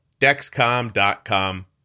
Dexcom.com